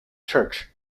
church